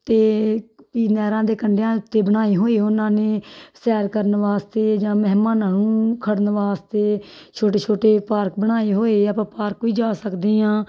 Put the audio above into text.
ਅਤੇ ਕੀ ਨਹਿਰਾਂ ਦੇ ਕੰਢਿਆਂ ਉੱਤੇ ਬਣਾਏ ਹੋਏ ਉਹਨਾਂ ਨੇ ਸੈਰ ਕਰਨ ਵਾਸਤੇ ਜਾਂ ਮਹਿਮਾਨਾਂ ਨੂੰ ਖੜ੍ਹਨ ਵਾਸਤੇ ਛੋਟੇ ਛੋਟੇ ਪਾਰਕ ਬਣਾਏ ਹੋਏ ਆਪਾਂ ਪਾਰਕ ਵੀ ਜਾ ਸਕਦੇ ਹਾਂ